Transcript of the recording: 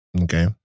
Okay